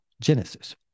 Genesis